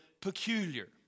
peculiar